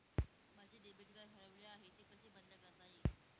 माझे debit card हरवले आहे ते कसे बंद करता येईल?